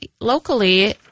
locally